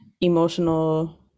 emotional